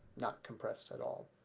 not compressed at all.